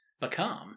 become